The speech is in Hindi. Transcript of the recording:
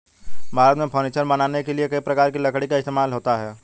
भारत में फर्नीचर बनाने के लिए कई प्रकार की लकड़ी का इस्तेमाल होता है